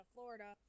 Florida